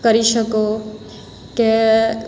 કરી શકો કે